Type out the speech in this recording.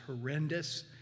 horrendous